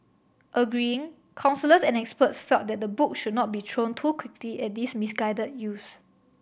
agreeing counsellors and experts felt that the book should not be thrown too quickly at these misguided youths